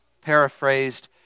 paraphrased